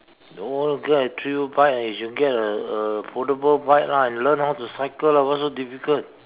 no g~ get a true bike you should get a a foldable bike lah and learn how to cycle lah what's so difficult